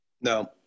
No